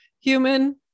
Human